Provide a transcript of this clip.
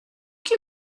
qui